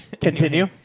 Continue